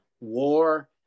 war